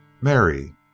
Mary